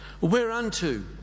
Whereunto